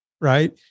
right